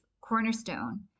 cornerstone